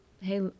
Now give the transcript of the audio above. hey